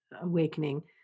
Awakening